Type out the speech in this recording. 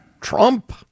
Trump